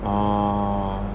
orh